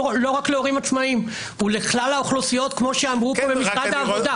לא רק להורים עצמאים הוא לכלל האוכלוסיות כמו שאמרו פה ממשרד העבודה.